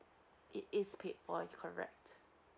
it is paid for is correct